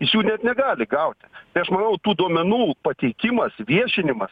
iš jų net negali gauti tai aš manau tų duomenų pateikimas viešinimas